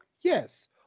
Yes